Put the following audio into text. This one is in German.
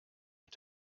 mit